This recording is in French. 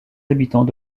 habitants